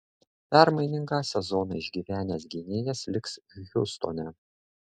permainingą sezoną išgyvenęs gynėjas liks hjustone